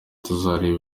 tuzareba